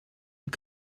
und